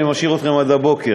אני משאיר אתכם עד הבוקר.